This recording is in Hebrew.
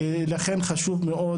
לכן חשוב מאוד